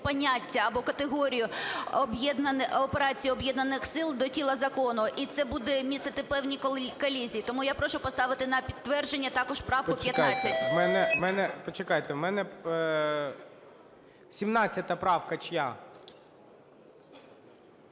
поняття або категорію операції Об'єднаних сил до тіла закону, і це буде містити певні колізії. Тому я прошу поставити на підтвердження також правку 15. ГОЛОВУЮЧИЙ. Почекайте, у мене… 17 правка чия?